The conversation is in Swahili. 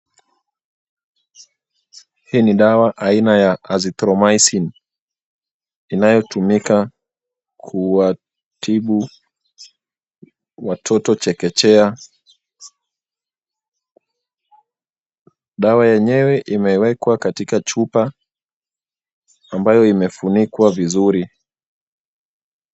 Hii ni dawa aina ya Azithromycin inayotumika kuwatibu watoto chekechea dawa yenyewe imewekwa katika chupa ambayo imefunikwa vizuri.